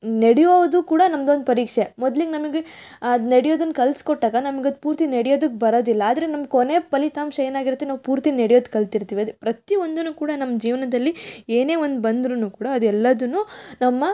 ನಡೆಯೋದು ಕೂಡ ನಮ್ದೊಂದು ಪರೀಕ್ಷೆ ಮೊದ್ಲಿಗೆ ನಮಗ್ ಅದು ನಡೆಯೋದನ್ ಕಲಿಸ್ಕೊಟ್ಟಾಗ ನಮ್ಗದು ಪೂರ್ತಿ ನಡೆಯೋದಕ್ ಬರೋದಿಲ್ಲ ಆದರೆ ನಮ್ಮ ಕೊನೆಯ ಫಲಿತಾಂಶ ಏನಾಗಿರುತ್ತೆ ನಾವು ಪೂರ್ತಿ ನಡೆಯೋದ್ ಕಲ್ತಿರ್ತೀವಿ ಅದು ಪ್ರತಿ ಒಂದನ್ನು ಕೂಡ ನಮ್ಮ ಜೀವನದಲ್ಲಿ ಏನೇ ಒಂದು ಬಂದ್ರೂ ಕೂಡ ಅದೆಲ್ಲದನ್ನು ನಮ್ಮ